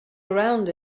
around